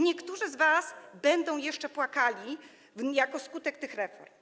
Niektórzy z was będą jeszcze płakali wskutek tych reform.